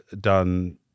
done